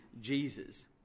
Jesus